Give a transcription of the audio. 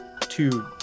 two